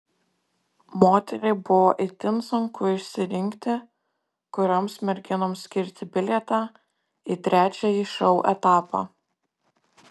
moteriai buvo itin sunku išsirinkti kurioms merginoms skirti bilietą į trečiąjį šou etapą